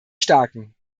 starken